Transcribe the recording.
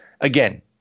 again